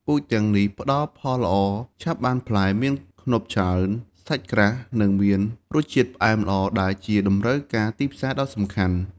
ពូជទាំងនេះផ្តល់ផលល្អ ឆាប់បានផ្លែ មានខ្នុបច្រើន សាច់ក្រាស់ និងមានរសជាតិផ្អែមល្អ ដែលជាតម្រូវការទីផ្សារដ៏សំខាន់។